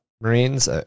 Marines